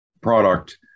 product